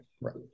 Right